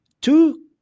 two